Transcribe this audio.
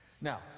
Now